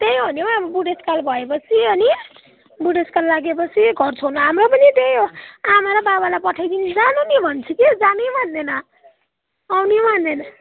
त्यही हो नि अब बुढेसकाल भए पछि अनि बुढेसकाल लागेपछि घर छोड्न हाम्रो पनि त्यही हो आमा र बाबालाई पठाइदिन्छु जानु नि भन्छु कि जानै मान्दैन आउनु मान्दैन